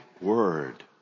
word